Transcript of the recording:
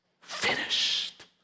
finished